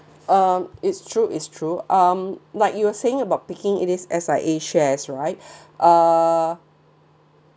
um is true is true um like you were saying about picking it is S_I_A shares right uh